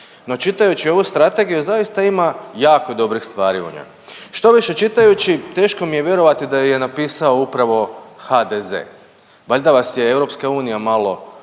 no čitajući ovu strategiju zaista ima jako dobrih stvari u njoj. Štoviše čitajući teško mi je vjerovati da ju je napisao upravo HDZ, valjda vas je EU malo